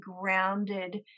grounded